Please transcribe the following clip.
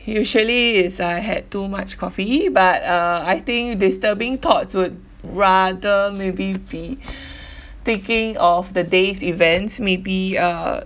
usually is I had too much coffee but uh I think disturbing thoughts would rather maybe be thinking of the day's events maybe uh